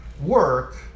work